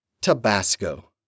Tabasco